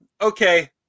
Okay